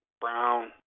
Brown